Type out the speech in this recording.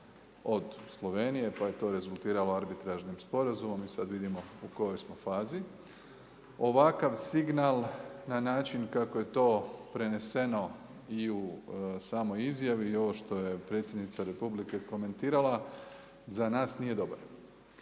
od Slovenije, pa je to rezultiralo arbitražnim sporazumom i sad vidimo u kojoj smo fazi. Ovakav signal na način kako je to preneseno i u samoj izjavi i ovo što je predsjednica RH komentirala za nas nije dobar.